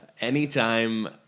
anytime